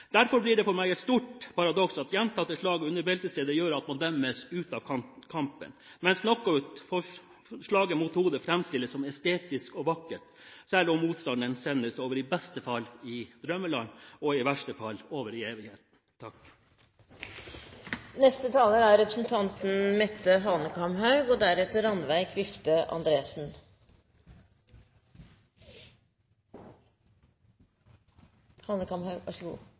Det blir for meg et stort paradoks at gjentatte slag under beltestedet gjør at man dømmes ut av kampen, mens knockoutslaget mot hodet framstilles som estetisk og vakkert, selv om motstanderen i beste fall sendes over i drømmeland og i verste fall over i evigheten. Jeg skal innrømme at jeg blir ganske skremt når politikere tar på seg rollen som etikkens predikanter og